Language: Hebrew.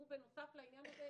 בנוסף לכך,